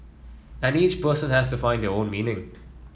and each person has to find their own meaning